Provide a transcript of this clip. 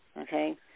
okay